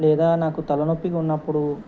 లేదా నాకు తలనొప్పిగా ఉన్నప్పుడు